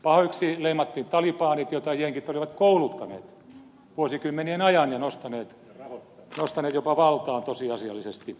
pahoiksi leimattiin talibanit joita jenkit olivat kouluttaneet vuosikymmenien ajan ja nostaneet jopa valtaan tosiasiallisesti